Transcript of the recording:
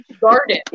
garden